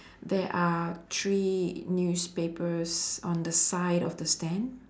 there are three newspapers on the side of the stand